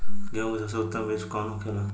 गेहूँ की सबसे उत्तम बीज कौन होखेला?